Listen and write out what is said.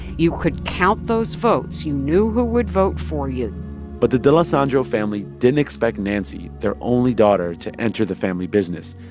you could count those votes. you knew who would vote for you but the d'alesandro family didn't expect nancy, their only daughter, to enter the family business,